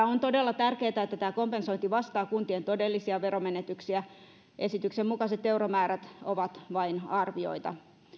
on todella tärkeätä että tämä kompensointi vastaa kuntien todellisia veromenetyksiä esityksen mukaiset euromäärät ovat vain arvioita